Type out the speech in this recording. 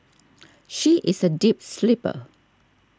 she is a deep sleeper